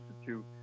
Institute